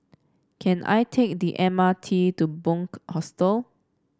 can I take the M R T to Bunc Hostel